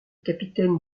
capitaine